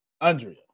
Andrea